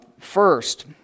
First